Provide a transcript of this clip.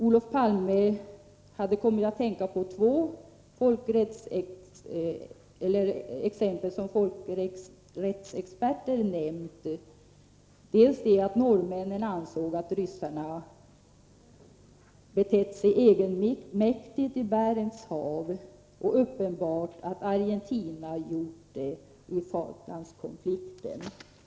Olof Palme hade kommit att tänka på två exempel som folkrättsexperter nämnt — dels att norrmännen ansåg att ryssarna betett sig egenmäktigt i Barents hav, dels att det var uppenbart att Argentina gjort det under Falklandskonflikten.